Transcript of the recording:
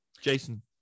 Jason